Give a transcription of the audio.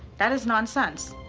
that is nonsense.